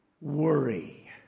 worry